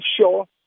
sure